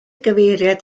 gyfeiriad